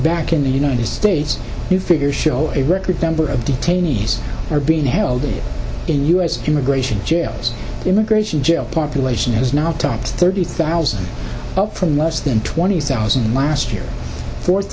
back in the united states new figures show a record number of detainees are being held in u s immigration jails immigration jail population has now topped thirty thousand up from less than twenty thousand last year fo